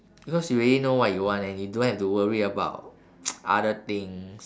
because you already know what you want and you don't have to worry about other things